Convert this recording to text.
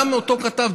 גם אותו כתב,